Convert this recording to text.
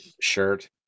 shirt